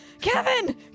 Kevin